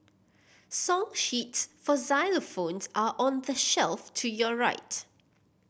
song sheets for xylophones are on the shelf to your right